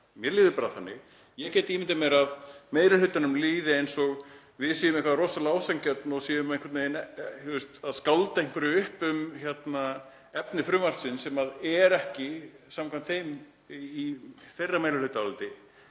Mér líður bara þannig. Ég get ímyndað mér að meiri hlutanum líði eins og við séum eitthvað rosalega ósanngjörn og séum einhvern veginn að skálda eitthvað upp um efni frumvarpsins sem er ekki samkvæmt þeirra meirihlutaáliti.